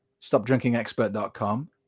Stopdrinkingexpert.com